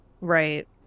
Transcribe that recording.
right